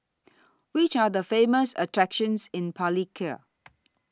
Which Are The Famous attractions in Palikir